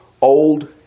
old